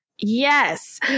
Yes